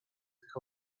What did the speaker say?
tych